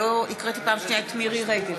שאני לא הקראתי פעם שנייה את מירי רגב.